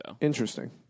Interesting